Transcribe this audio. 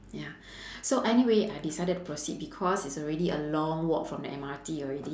ya so anyway I decided to proceed because it's already a long walk from the M_R_T already